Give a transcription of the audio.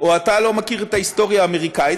או אתה לא מכיר את ההיסטוריה האמריקנית,